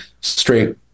straight